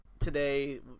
today